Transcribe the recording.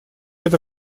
это